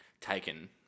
taken